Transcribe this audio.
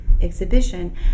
exhibition